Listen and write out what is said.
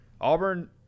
Auburn